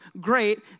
great